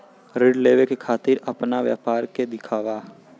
ऋण लेवे के खातिर अपना व्यापार के दिखावा?